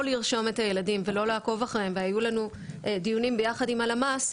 לרשום את הילדים ולא לעקוב אחריהם והיו לנו דיונים ביחד עם הלמ"ס,